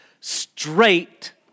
straight